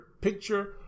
picture